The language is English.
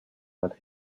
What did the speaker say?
that